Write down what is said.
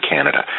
Canada